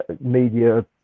media